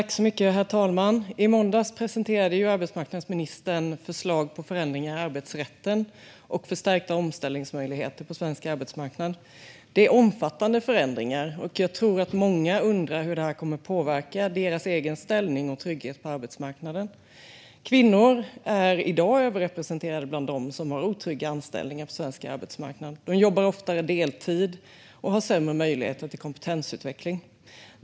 Herr talman! I måndags presenterade arbetsmarknadsministern förslag på förändringar i arbetsrätten och förstärkta omställningsmöjligheter på svensk arbetsmarknad. Det är omfattande förändringar, och jag tror att många undrar hur detta kommer att påverka deras egen ställning och trygghet på arbetsmarknaden. Kvinnor är i dag överrepresenterade bland dem som har otrygga anställningar på svensk arbetsmarknad. De jobbar oftare deltid och har sämre möjligheter till kompetensutveckling.